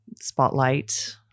spotlight